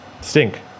Stink